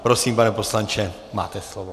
Prosím, pane poslanče, máte slovo.